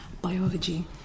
biology